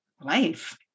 life